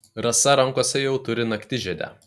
rasa rankose jau turi naktižiedę